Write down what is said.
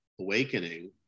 awakening